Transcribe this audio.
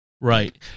Right